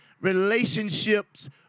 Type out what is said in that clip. relationships